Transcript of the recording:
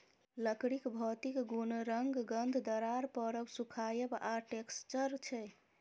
लकड़ीक भौतिक गुण रंग, गंध, दरार परब, सुखाएब आ टैक्सचर छै